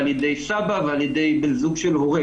סבא ובן זוג של הורה,